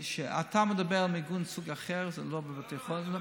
כשאתה מדבר על מיגון מסוג אחר, זה לא בבתי חולים.